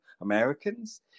Americans